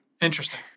interesting